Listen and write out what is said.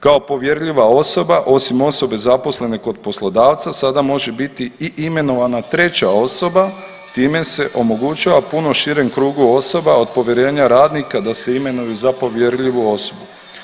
Kao povjerljiva osoba osim osobe zaposlene kod poslodavca sada može biti i imenovana treća osoba, time se omogućava puno širem krugu osoba od povjerenja radnika da se imenuju za povjerljivu osobu.